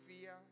fear